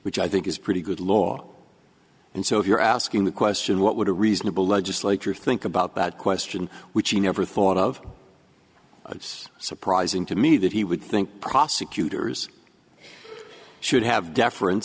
which i think is pretty good law and so if you're asking the question what would a reasonable legislature think about that question which he never thought of it's surprising to me that he would think prosecutors should have deference